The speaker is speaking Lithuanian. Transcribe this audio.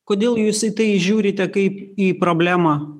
kodėl jūs į tai žiūrite kaip į problemą